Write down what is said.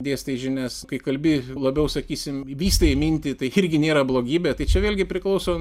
dėstai žinias kai kalbi labiau sakysim vystai mintį tai irgi nėra blogybė tai čia vėlgi priklauso